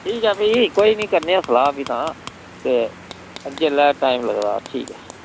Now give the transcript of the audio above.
ठीक ऐ भी कोई निं करने आं सलाह् भी तां ते जेल्लै टाईम लगदा ठीक ऐ